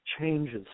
changes